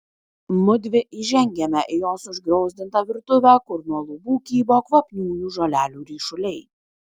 mudvi įžengiame į jos užgriozdintą virtuvę kur nuo lubų kybo kvapniųjų žolelių ryšuliai